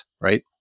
right